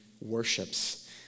worships